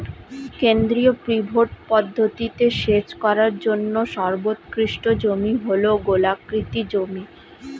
কেন্দ্রীয় পিভট পদ্ধতিতে সেচ করার জন্য সর্বোৎকৃষ্ট জমি হল গোলাকৃতি জমি